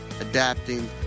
adapting